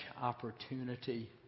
opportunity